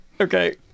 Okay